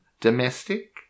Domestic